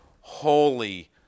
holy